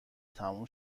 تموم